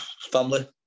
family